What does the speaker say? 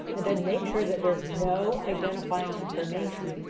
and then, make sure that there's no identifying information.